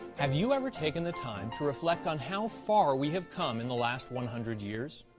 have you ever taken the time to reflect on how far we have come in the last one hundred years?